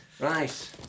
Right